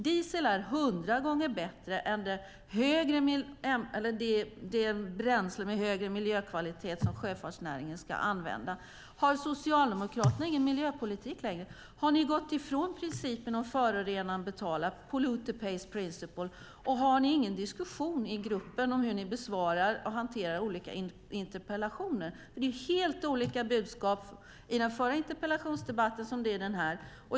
Diesel är hundra gånger bättre än det bränsle med högre miljökvalitet som sjöfartsnäringen ska använda. Har Socialdemokraterna ingen miljöpolitik längre? Har ni gått ifrån principen om att förorenaren betalar - polluter pays principal? Har ni ingen diskussion i gruppen om hur ni besvarar och hanterar interpellationer? Det är helt olika budskap i den förra interpellationsdebatten och den här.